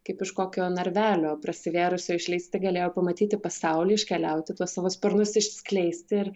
kaip iš kokio narvelio prasivėrusio išleisti galėjo pamatyti pasaulį iškeliauti tuos savo sparnus išskleisti ir